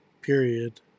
period